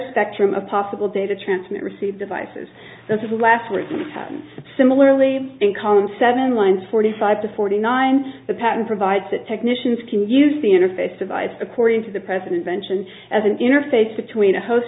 spectrum of possible data transmitter receiver devices this is the last word and similarly in common seven lines forty five to forty nine the patent provides that technicians can use the interface device according to the president mention as an interface between a host